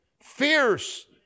fierce